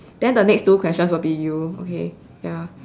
then the next two questions would be you okay ya